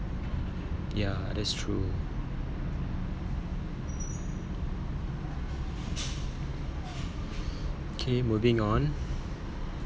ya that's true K moving on